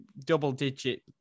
double-digit